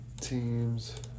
teams